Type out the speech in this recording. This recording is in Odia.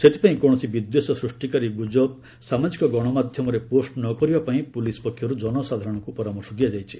ସେଥିପାଇଁ କୌଣସି ବିଦ୍ୱେଷ ସୃଷ୍ଟିକାରୀ ଗୁଜବ ସାମାଜିକ ଗଣମାଧ୍ୟମରେ ପୋଷ୍ଟ ନ କରିବା ପାଇଁ ପୋଲିସ୍ ପକ୍ଷରୁ ଜନସାଧାରଣଙ୍କୁ ପରାମର୍ଶ ଦିଆଯାଇଛି